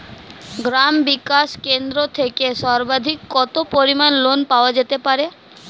গ্রাম বিকাশ কেন্দ্র থেকে সর্বাধিক কত পরিমান লোন পাওয়া যেতে পারে?